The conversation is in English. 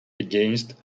against